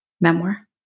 memoir